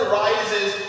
rises